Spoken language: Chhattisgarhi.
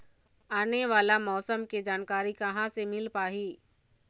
आने वाला मौसम के जानकारी कहां से मिल पाही?